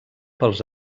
pels